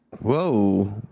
Whoa